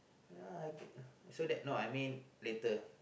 ya I so that no I mean later